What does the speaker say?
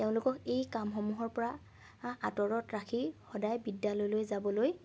তেওঁলোকক এই কামসমূহৰ পৰা আঁতৰত ৰাখি সদায় বিদ্যালয়লৈ যাবলৈ